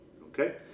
okay